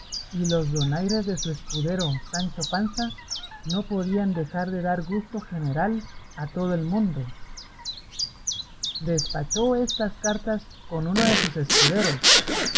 y los donaires de su escudero sancho panza no podían dejar de dar gusto general a todo el mundo despachó estas cartas con uno de sus escuderos